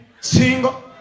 single